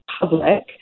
public